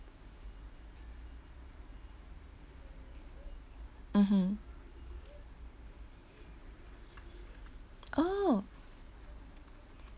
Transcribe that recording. mmhmm oh